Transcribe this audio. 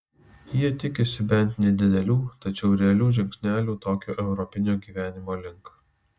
jie tikisi bent nedidelių tačiau realių žingsnelių tokio europinio gyvenimo link